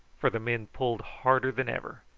for the men pulled harder than ever,